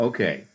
Okay